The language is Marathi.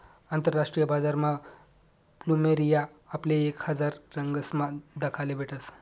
आंतरराष्ट्रीय बजारमा फ्लुमेरिया आपले एक हजार रंगसमा दखाले भेटस